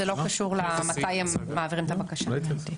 זה לא קשור למתי הם מעבירים את הבקשה.